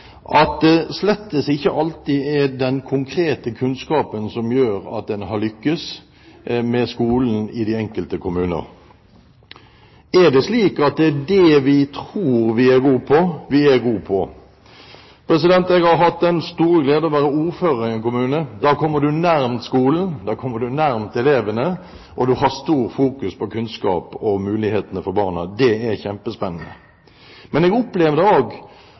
den konkrete kunnskapen som gjør at en har lyktes når det gjelder skolen i de enkelte kommuner. Er det slik at det er det vi tror vi er gode på, vi er gode på? Jeg har hatt den store glede å være ordfører i en kommune. Da kommer du nær skolen, da kommer du nær elevene, og du har stor fokus på kunnskap og mulighetene for barna. Det er kjempespennende. Men jeg opplevde også at vi satt og